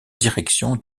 direction